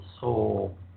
soul